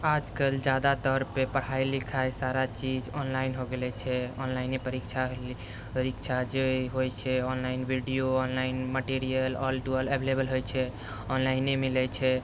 आजकल जादातर पे पढाइ लिखाइ सारा चीज ऑनलाइन हो गेलै छै ऑनलाइने परीक्षा परीक्षा जे होइ छै online video online material all to all एवलेवल होइ छै ऑनलाइने मिलै छै